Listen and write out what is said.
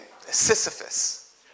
Sisyphus